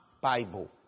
Bible